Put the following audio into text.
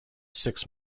six